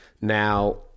Now